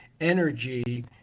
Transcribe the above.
energy